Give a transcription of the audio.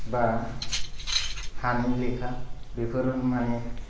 बा हानि लेखा बेफोर मानि